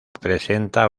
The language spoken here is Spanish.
presenta